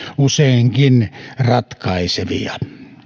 useinkin ratkaisevia